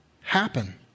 happen